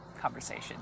conversation